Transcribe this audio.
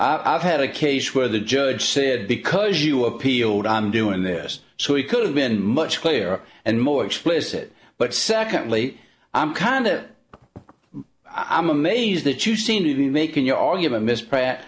had a case where the judge said because you appealed i'm doing this so he could have been much clearer and more explicit but secondly i'm kind of i'm amazed that you seem to be making your argument miss pratt